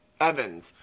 Evans